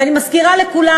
ואני מזכירה לכולם